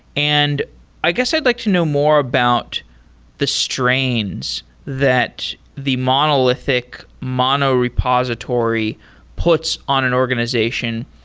and i guess i'd like to know more about the strains that the monolithic mono repository puts on an organization.